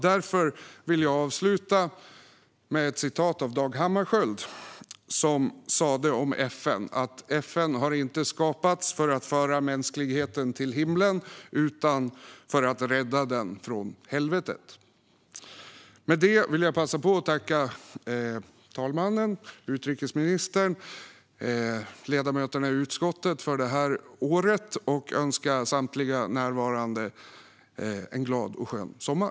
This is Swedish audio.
Därför vill jag avsluta med vad Dag Hammarskjöld sa om FN: FN har inte skapats för att föra mänskligheten till himlen utan för att rädda den från helvetet. Jag vill passa på att tacka talmannen, utrikesministern och ledamöterna i utskottet för detta år och önska samtliga närvarande en glad och skön sommar.